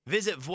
Visit